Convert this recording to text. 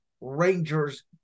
Rangers